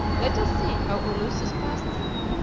let us see how ulysses passed them.